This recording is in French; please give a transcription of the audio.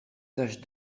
tâche